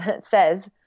says